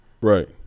right